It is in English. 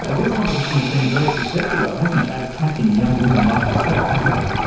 ah this competition has been very successful though, hasn't it, at attracting young women like yourself, hasn't it?